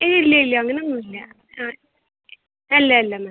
ഏയ് ഇല്ല ഇല്ല അങ്ങനെയൊന്നും ഇല്ല ആ അല്ല അല്ല മാം